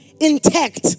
intact